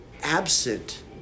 absent